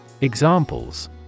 Examples